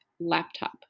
laptop